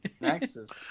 Nexus